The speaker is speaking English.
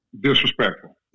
Disrespectful